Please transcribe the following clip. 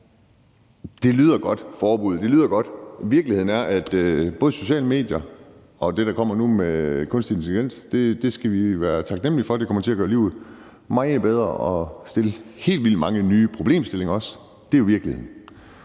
Det lyder godt med et forbud. Virkeligheden er, at både sociale medier og det, der kommer nu med kunstig intelligens, skal vi være taknemlige for. Det kommer til at gøre livet meget bedre og stiller også helt vildt mange nye problemstillinger. Det er jo virkeligheden.